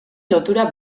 lotura